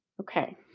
Okay